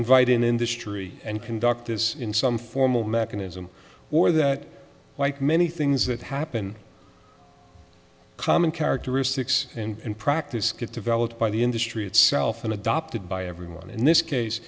invite industry and conduct this in some formal mechanism or that like many things that happen common characteristics and practice get developed by the industry itself and adopted by everyone in this case